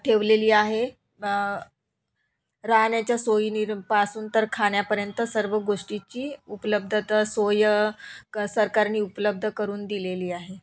ठेवलेली आहे राहण्याच्या सोयींपासून तर खाण्यापर्यंत सर्व गोष्टीची उपलब्धता सोय क सरकारनी उपलब्ध करून दिलेली आहे